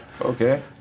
Okay